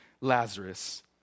Lazarus